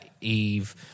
Eve